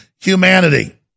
humanity